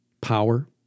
power